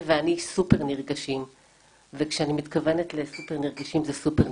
אז עברו 20 שנים תמימות מאז חקיקת